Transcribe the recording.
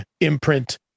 imprint